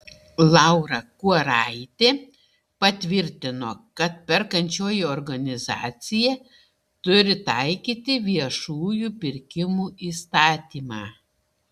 laura kuoraitė patvirtino kad perkančioji organizacija turi taikyti viešųjų pirkimų įstatymą